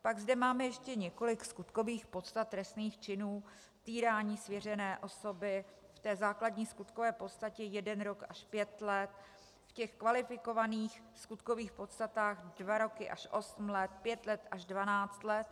Pak zde máme ještě několik skutkových podstat trestných činů týrání svěřené osoby, v té základní skutkové podstatě jeden rok až pět let, v těch kvalifikovaných skutkových podstatách dva roky až osm let, pět let až dvanáct let.